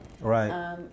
Right